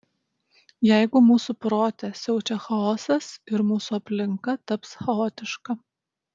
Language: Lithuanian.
jeigu mūsų prote siaučia chaosas ir mūsų aplinka taps chaotiška